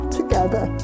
together